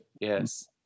Yes